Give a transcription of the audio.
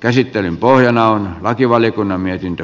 käsittelyn pohjana on lakivaliokunnan mietintö